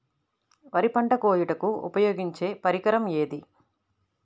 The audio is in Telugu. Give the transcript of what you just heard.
వరి పంట కోయుటకు ఉపయోగించే పరికరం ఏది?